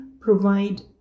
provide